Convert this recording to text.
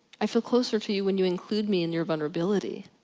i feel closer to you when you include me in your vulnerability.